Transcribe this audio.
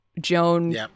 Joan